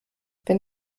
wenn